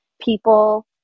people